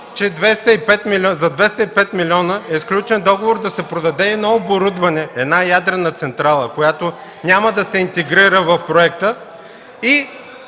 – за 205 млн. лв. е сключен договор да се продаде оборудване, една ядрена централа, която няма да се интегрира в проекта.